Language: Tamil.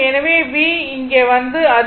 எனவே v இங்கு வந்து அது நகரும்